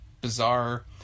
bizarre